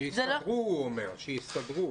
הוא אומר: שיסתדרו.